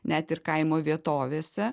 net ir kaimo vietovėse